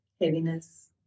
Heaviness